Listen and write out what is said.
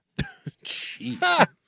Jeez